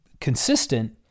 consistent